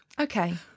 Okay